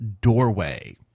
doorway